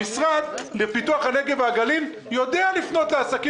המשרד לפיתוח הנגב והגליל יודע לפנות לעסקים